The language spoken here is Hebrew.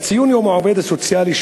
בציון יום העובד הסוציאלי,